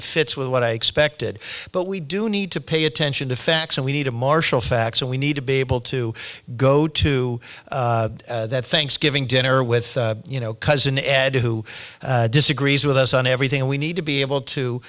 of fits with what i expected but we do need to pay attention to facts and we need to marshal facts and we need to be able to go to that thanksgiving dinner with you know cousin ed who disagrees with us on everything we need to be able to